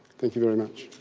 thank you very much.